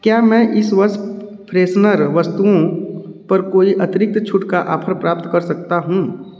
क्या मैं इस वर्ष फ्रेशनर वस्तुओं पर कोई अतिरिक्त छूट का ऑफ़र प्राप्त कर सकता हूँ